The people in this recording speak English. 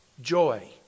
joy